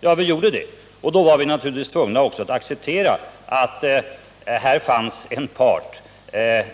Som bekant gjorde vi det, och då var vi naturligtvis också beredda att acceptera att det här fanns en part,